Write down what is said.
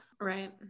Right